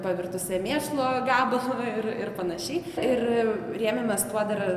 pavirtusią mėšlo gabalu ir ir panašiai ir rėmėmės tuo dar